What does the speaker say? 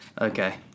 Okay